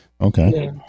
Okay